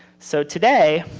so today,